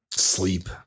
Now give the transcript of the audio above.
sleep